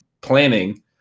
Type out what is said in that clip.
planning